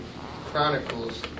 Chronicles